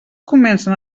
comencen